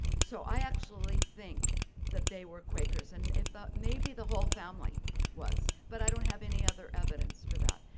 so i actually think that they were quakers and i thought maybe the whole family was. but i don't have any other evidence for that.